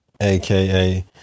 aka